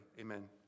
amen